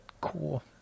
cool